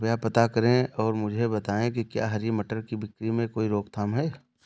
कृपया पता करें और मुझे बताएं कि क्या हरी मटर की बिक्री में कोई रोकथाम है?